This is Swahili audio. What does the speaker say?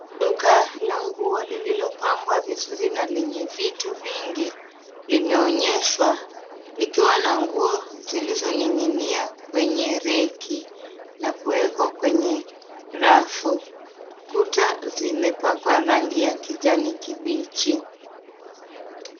Duka la nguo lililopangwa vizuri na lenye vitu vingi limeonyeshwa, likiwa na nguo zilizoning'inia kwenye reki, na kuekwa kwenye rafu. Kuta zimepakwa rangi ya kijani kibichi.